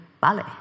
ballet